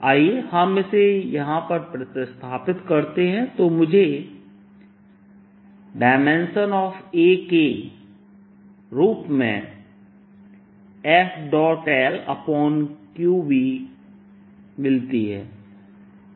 आइए हम इसे यहां पर प्रतिस्थापित करते हैं तो मुझे A के डायमेंशन के रूप में FLqv मिलती है